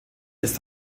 ist